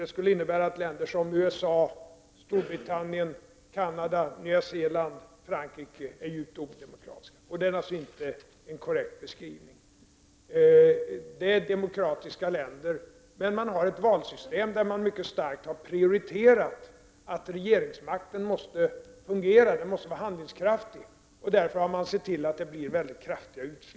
Det skulle innebära att länder som USA, Storbritannien, Canada, Nya Zeeland och Frankrike är djupt odemokratiska, och det är naturligtvis inte en korrekt beskrivning. Dessa länder är demokratiska, men man har ett valsystem där man mycket starkt har prioriterat att regeringsmakten måste fungera och att den måste vara handlingskraftig. Därför har man sett till att utslagen blir väldigt kraftiga.